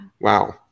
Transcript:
Wow